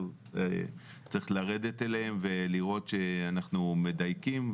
צריך לרדת אליהם ולראות שאנחנו מדייקים.